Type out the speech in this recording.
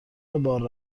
بار